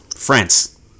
France